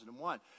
2001